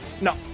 No